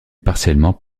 partiellement